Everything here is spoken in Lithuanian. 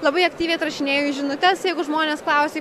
labai aktyviai atrašinėju į žinutes jeigu žmonės klausia